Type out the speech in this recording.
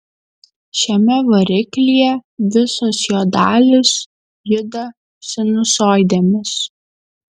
šiame variklyje visos jo dalys juda sinusoidėmis